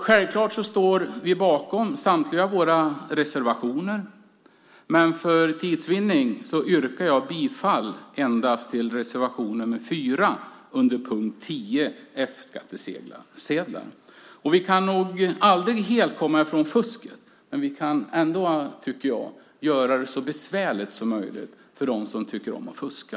Självklart står vi bakom samtliga våra reservationer, men för att göra en tidsvinst yrkar jag bifall till endast reservation nr 4 under punkt 10, F-skattsedlar. Vi kan nog aldrig helt komma ifrån fusket, men vi kan ändå, tycker jag, göra det så besvärligt som möjligt för dem som tycker om att fuska.